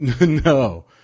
No